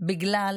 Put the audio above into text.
בגלל